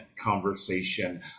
conversation